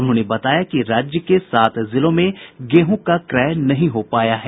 उन्होंने बताया कि राज्य के सात जिलों में गेहूं का क्रय नहीं हो पाया है